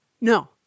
No